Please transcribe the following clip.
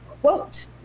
quote